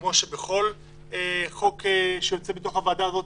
כמו שקורה בכל חוק שיוצא מהוועדה הזאת,